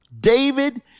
David